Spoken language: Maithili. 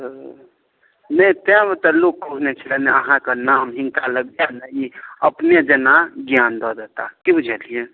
ओ नहि तैं तऽ लोक लै छलै अहाँके नाम हिनका लग जायब ने ई अपने जेना ज्ञान दऽ देताह की बुझलिए